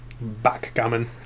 Backgammon